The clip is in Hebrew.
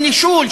של נישול,